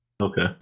Okay